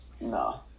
No